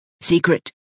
secret